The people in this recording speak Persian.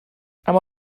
اما